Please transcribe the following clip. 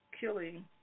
killing